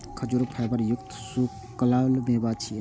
खजूर फाइबर युक्त सूखल मेवा छियै